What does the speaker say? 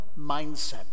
mindset